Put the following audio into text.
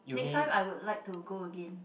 next time I would like to go again